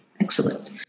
Excellent